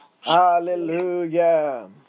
Hallelujah